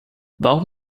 warum